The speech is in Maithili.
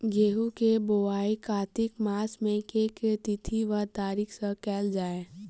गेंहूँ केँ बोवाई कातिक मास केँ के तिथि वा तारीक सँ कैल जाए?